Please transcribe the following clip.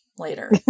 later